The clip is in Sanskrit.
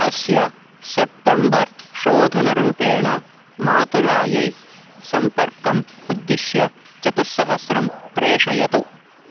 अस्य सेप्टम्बर् शोधनरूपेण मातुलायै सम्पर्कम् उद्दिश्य चतुस्सहस्रं प्रेषयतु